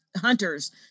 hunters